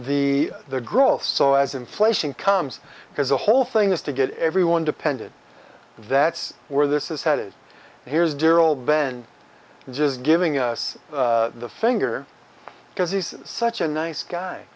the the growth so as inflation comes because the whole thing is to get everyone depended that's where this is headed here's dear old ben just giving us the finger because he's such a nice guy